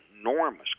enormous